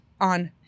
on